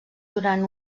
durant